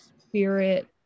spirit